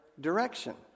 direction